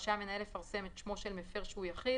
רשאי המנהל לפרסם את שמו של מפר שהוא יחיד,